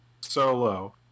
Solo